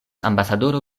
ambasadoro